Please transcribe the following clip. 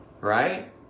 Right